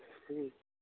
ꯎꯝ